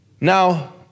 Now